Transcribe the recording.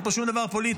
אין פה שום דבר פוליטי,